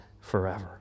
forever